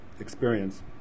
experience